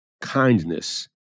Kindness